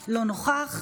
נוכח,